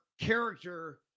character